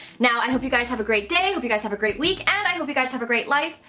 now, i hope you guys have a great day, i hope you guys have a great week, and i hope you guys have a great life,